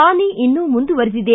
ಹಾನಿ ಇನ್ನೂ ಮುಂದುವರೆದಿದೆ